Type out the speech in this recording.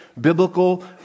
biblical